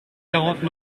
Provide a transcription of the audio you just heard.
quarante